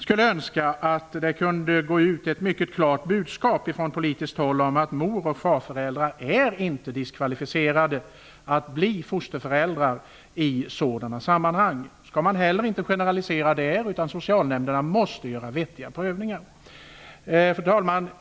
Jg önskar att det skulle komma ut ett klart budskap från politiskt håll om att mor och farföräldrar inte är diskvalificerade att bli fosterföräldrar i sådana sammanhang. Man skall inte heller där generalisera, utan socialnämnderna måste göra vettiga prövningar. Fru talman!